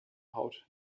haut